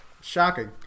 Shocking